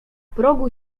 progu